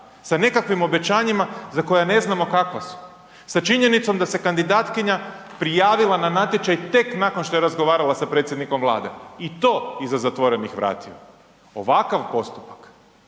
sa nekakvim obećanjima za koja ne znamo kakva su, sa činjenicom da se kandidatkinja prijavila na natječaj tek nakon što je razgovarala sa predsjednikom Vlade i to iza zatvorenih vratiju. Ovakav postupak